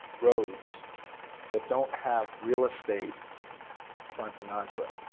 roads that don't have real estate fronting onto it,